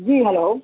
جی hello